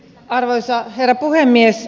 arvoisa herra puhemies